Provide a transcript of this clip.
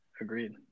agreed